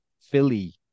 philly